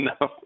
No